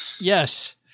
Yes